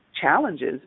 challenges